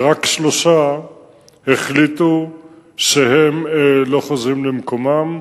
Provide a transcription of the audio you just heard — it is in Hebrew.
ורק שלושה החליטו שהם לא חוזרים למקומם.